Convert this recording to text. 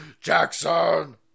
Jackson